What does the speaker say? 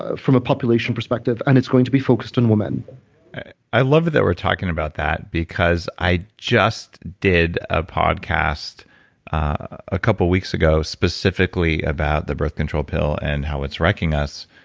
ah from a population perspective, and it's going to be focused on women i love that we're talking about that, because i just did a podcast a couple weeks ago specifically about the birth control pill and how it's wrecking us,